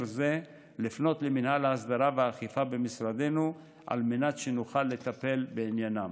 זה לפנות למינהל ההסדרה והאכיפה במשרדנו על מנת שנוכל לטפל בעניינם.